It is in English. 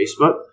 Facebook